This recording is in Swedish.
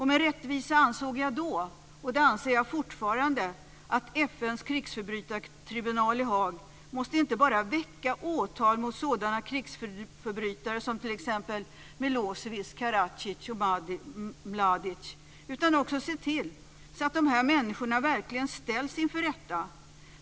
Med rättvisa menade jag då, och det gör jag fortfarande, att FN:s krigsförbrytartribunal i Haag inte bara måste väcka åtal mot sådana krigsförbrytare som t.ex. Milosevic, Karad ic och Mladic utan också se till att de här människorna verkligen ställs inför rätta.